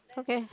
okay